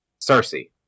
Cersei